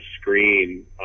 screen